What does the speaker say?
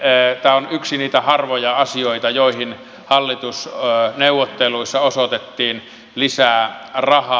tämä on yksi niitä harvoja asioita joihin hallitusneuvotteluissa osoitettiin lisää rahaa